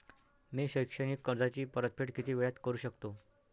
मी शैक्षणिक कर्जाची परतफेड किती वेळात करू शकतो